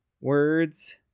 words